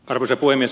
arvoisa puhemies